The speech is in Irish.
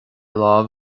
lámh